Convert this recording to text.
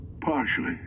partially